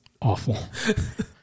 awful